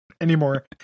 Anymore